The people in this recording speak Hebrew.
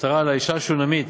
הפטרה על האישה השונמית.